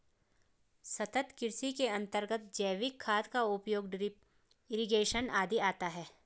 सतत् कृषि के अंतर्गत जैविक खाद का उपयोग, ड्रिप इरिगेशन आदि आता है